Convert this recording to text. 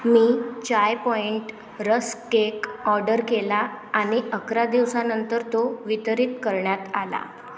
मी Chai Point rusk cake order केला आणि अकरा दिवसांनंतर तो वितरित करण्यात आला